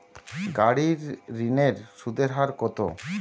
গাড়ির ঋণের সুদের হার কতো?